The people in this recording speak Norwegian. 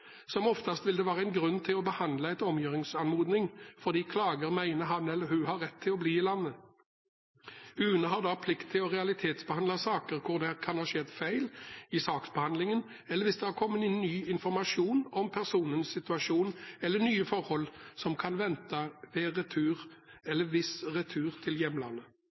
Som oftest vil det være grunn til å behandle en omgjøringsanmodning fordi klager mener han eller hun har rett til å bli i landet. UNE har da plikt til å realitetsbehandle saker hvor det kan ha skjedd feil i saksbehandlingen, eller hvis det har kommet inn ny informasjon om personens situasjon eller nye forhold som kan vente hvis retur til